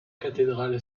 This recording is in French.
cathédrale